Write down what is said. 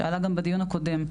שעלה גם בדיון הקודם,